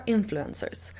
Influencers